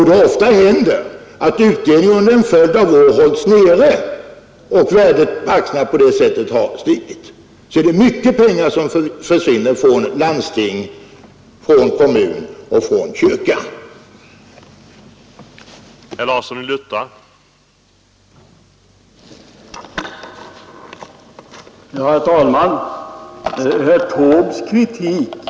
Det händer ofta att utdelningen under en följd av år hålls nere, vilket bl.a. medför lägre kurs på aktierna, vilket ju kan vara till fördel för vissa aktieägare. Genom den ibland orimligt låga utdelningen försvinner skatteinkomster från kommunen — sedan ser finansministern till att även realisationsvinstskatten försvinner.